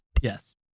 Yes